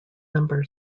number